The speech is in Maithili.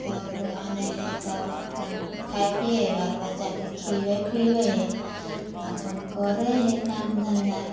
सभ आनै हइ तऽ अपन खाइ पिए हइ बाल बच्चाके खिबै पिबै हइ अपन करै हइ काम धन्धा